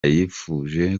yifuje